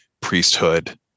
priesthood